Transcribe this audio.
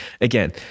again